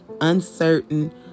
uncertain